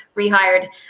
rehired,